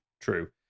True